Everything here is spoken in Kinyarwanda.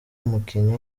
umukinnyi